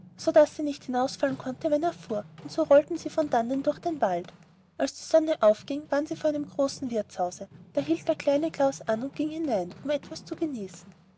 sodaß sie nicht hinausfallen konnte wenn er fuhr und so rollten sie von dannen durch den wald als die sonne aufging waren sie vor einem großen wirtshause da hielt der kleine klaus an und ging hinein um etwas zu genießen